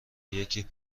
یکی